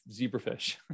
zebrafish